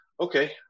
okay